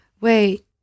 Wait